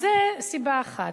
זאת סיבה אחת.